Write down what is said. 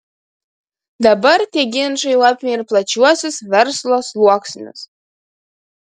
dabar tie ginčai jau apėmė ir plačiuosius verslo sluoksnius